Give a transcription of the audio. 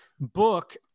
book